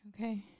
Okay